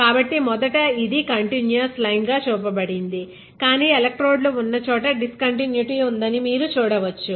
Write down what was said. కాబట్టి మొదట ఇది కంటిన్యూయస్ లైన్ గా చూపబడింది కానీ ఎలక్ట్రోడ్లు ఉన్నచోట డిస్కంటిన్యూటీ ఉందని మీరు చూడవచ్చు